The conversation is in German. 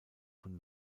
von